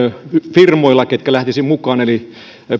firmojen ketkä lähtisivät mukaan eli